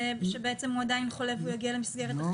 שבעצם הוא עדיין חולה והוא יגיע למסגרת החינוך.